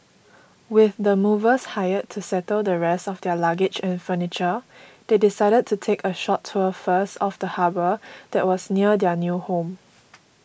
with the movers hired to settle the rest of their luggage and furniture they decided to take a short tour first of the harbour that was near their new home